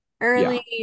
early